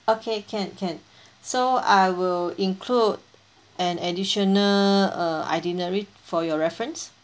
okay can can so I will include an additional uh itinerary for your reference